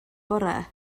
bore